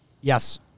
Yes